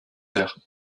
terre